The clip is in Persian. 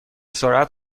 سرعت